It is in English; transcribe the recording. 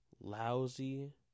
Lousy